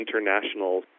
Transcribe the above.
international